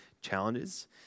challenges